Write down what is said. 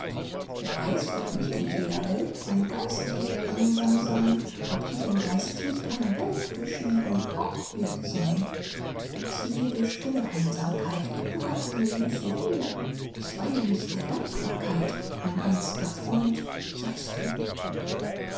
wer weiß ob nicht in jener welt ein geist wird einsam sein ob jedem geist nicht eine welt beschieden auch wird sein es lebe stille einsamkeit du gabst mir süße ruh ich weihe mich der dankbarkeit mein einz'ger freund sei'st du